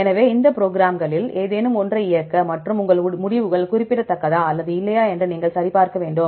எனவே இந்த புரோகிராம்களில் ஏதேனும் ஒன்றை இயக்க மற்றும் உங்கள் முடிவுகள் குறிப்பிடத்தக்கதா அல்லது இல்லையா என்று நீங்கள் சரிபார்க்க வேண்டும்